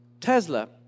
Tesla